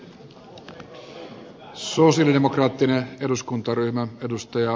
arvoisa puhemies herr talman